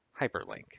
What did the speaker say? Hyperlink